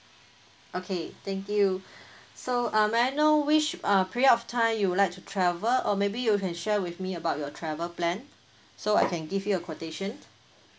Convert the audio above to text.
okay thank you so uh may I know which uh period of time you will like to travel or maybe you can share with me about your travel plan so I can give you a quotation